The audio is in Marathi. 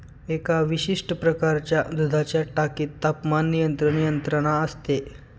एका विशिष्ट प्रकारच्या दुधाच्या टाकीत तापमान नियंत्रण यंत्रणा असते